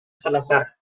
salazar